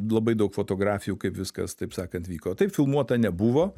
labai daug fotografijų kaip viskas taip sakant vyko taip filmuota nebuvo